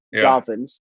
dolphins